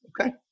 okay